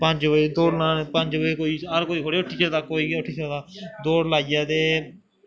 पंज बज़े दौड़ लानी पंज बज़े कोई हर कोई थोह्ड़ी उट्ठी सकदा ऐ कोई गै उट्ठी सकदा दौड़ लाइयै ते